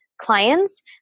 clients